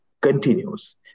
continues